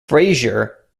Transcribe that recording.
frasier